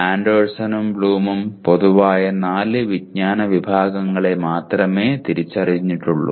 ആൻഡേഴ്സണും ബ്ലൂമും പൊതുവായ നാല് വിജ്ഞാന വിഭാഗങ്ങളെ മാത്രമേ തിരിച്ചറിയുകയുള്ളൂ